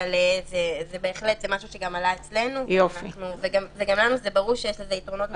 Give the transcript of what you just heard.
אבל זה משהו שעלה גם אצלנו וגם לנו זה ברור שיש לזה יתרונות.